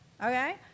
Okay